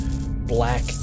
black